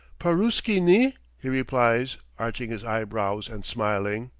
paruski ni? he replies, arching his eyebrows and smiling.